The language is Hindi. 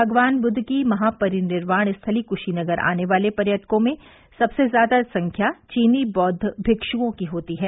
भगवान बुद्ध की महापरिनिर्वाण स्थली कृशीनगर आने वाले पर्यटकों में सबसे ज्यादा संख्या चीनी बौद्व मिक्षओं की होती है